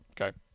okay